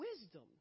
wisdom